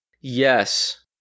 yes